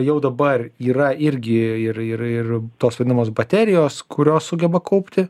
jau dabar yra irgi ir ir ir tos vadinamos baterijos kurios sugeba kaupti